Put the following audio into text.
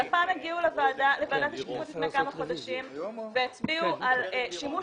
הלפ"ם הגיעו לוועדת השקיפות לפני כמה חודשים והצביעו על שימוש